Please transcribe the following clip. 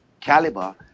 caliber